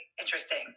interesting